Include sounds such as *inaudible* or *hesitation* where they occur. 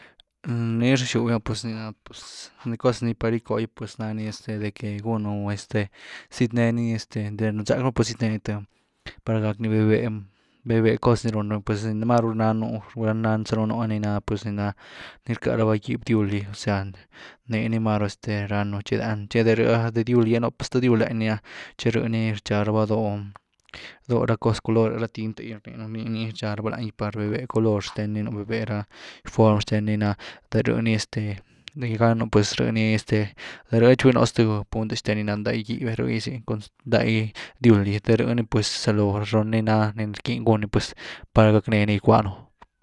*hesitation* pues nii rxywni, ni na pues ni cos par ni gycoo’gy pues nany este de que gunu este zietneny este entre ni runzack raba pues sietneeny th par gáckni véh-véh, véh-véh cos ni run raba, pues ni máru nannu, ni nan’zanu núh ni na pues ni na ni rcka raba gýb dywl gy, *unintelligible* nii ni máru este rannu chi de rïh’a de dywl gy ah nú pa sth dywl’e ni’ah, tchi rëh ni rchá raba doh-doh ra cos color’y ra tint’e gy rniinu, nii rchá raba lany gy par véh-véh color xtneny nu véh-véh ra form xten ni na, te rhï nii este laygánu, pues rhï ni este, de rhï tchi nu sthï punt xtenny ni ná nday gýb’e, rëyzy cun nday dywl gy de rhë ni pues rzaloo runn- ni na rckyny gún ni pues par gácknee ni gyckwaa nu’.